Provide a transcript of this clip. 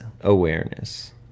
awareness